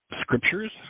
scriptures